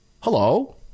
Hello